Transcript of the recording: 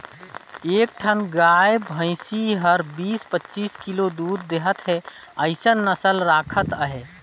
एक ठन गाय भइसी हर बीस, पचीस किलो दूद देहत हे अइसन नसल राखत अहे